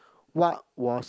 what was